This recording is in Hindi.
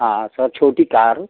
हाँ सर छोटी कार